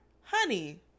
Honey